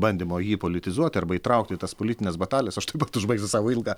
bandymo jį politizuoti arba įtraukti į tas politines batalijas aš taip pat užbaigsiu savo ilgą